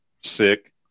sick